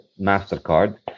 MasterCard